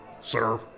Sir